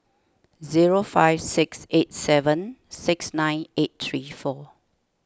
zero five six eight seven six nine eight three four